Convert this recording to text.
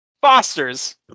Fosters